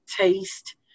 taste